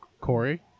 Corey